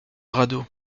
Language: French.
radeau